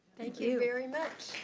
thank you very much.